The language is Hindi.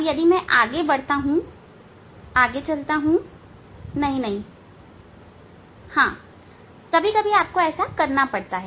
यदि मैं आगे बढ़ता हूं आगे बढ़ता हूं नहीं नहीं हाँ कभी कभी आपको यह करना पड़ता है